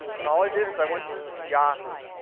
and all i did is i went to yahoo,